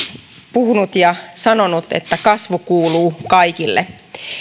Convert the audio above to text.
puhunut ja sanonut että kasvu kuuluu kaikille